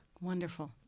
Wonderful